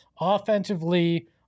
Offensively